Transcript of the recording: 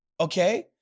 Okay